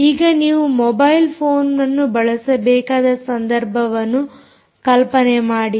ಈಗ ನೀವು ಮೊಬೈಲ್ ಫೋನ್ಅನ್ನು ಬಳಸಬೇಕಾದ ಸಂದರ್ಭವನ್ನು ಕಲ್ಪನೆ ಮಾಡಿ